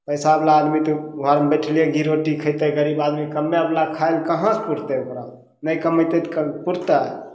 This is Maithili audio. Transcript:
पैसावला आदमी तऽ घरमे बैठले घी रोटी खेतय गरीब आदमी कमबयवला खाइ लए कहाँसँ पुरतय ओकरा नहि कमेतय तऽ कभी पुरतय